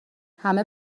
همه